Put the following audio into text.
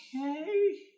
Okay